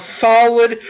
solid